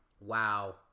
Wow